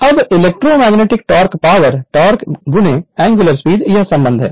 अब electromagnetic torque power torque angular speed यह संबंध है